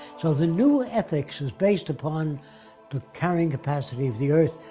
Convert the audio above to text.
so the new ethics is based upon the carrying capacity of the earth,